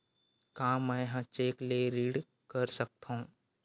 का मैं ह चेक ले ऋण कर सकथव?